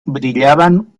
brillaban